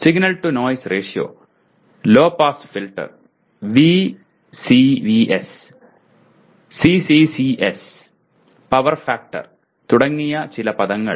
signal to noise ratio low pass filter VCVS CCCS power factor തുടങ്ങിയ ചില പദങ്ങൾ